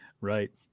Right